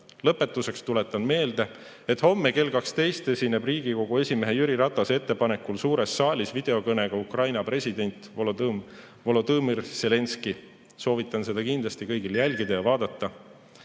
Lõpetuseks tuletan meelde, et homme kell 12 esineb Riigikogu esimehe Jüri Ratase ettepanekul suures saalis videokõnega Ukraina president Volodõmõr Zelenskõi. Soovitan seda kindlasti kõigil jälgida ja vaadata.